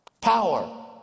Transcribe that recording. Power